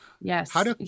Yes